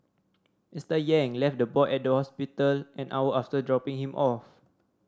Mister Yang left the boy at the hospital an hour after dropping him off